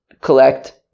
collect